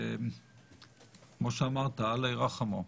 כמו שאמרת, אללה ירחמו.